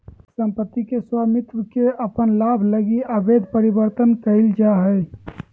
सम्पत्ति के स्वामित्व के अपन लाभ लगी अवैध परिवर्तन कइल जा हइ